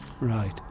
Right